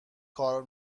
کار